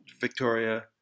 Victoria